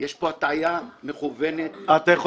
יש פה הטעיה מכוונת --- אתה יכול